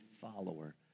follower